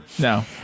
No